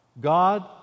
God